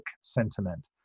sentiment